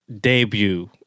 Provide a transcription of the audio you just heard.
debut